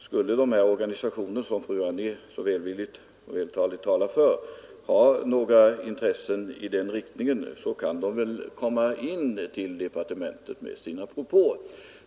Skulle dessa organisationer, som fru Anér talat för så välvilligt och vältaligt, ha några intressen i den riktningen, så kan de väl komma in till departementet med sina propåer.